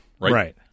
right